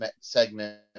segment